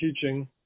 teaching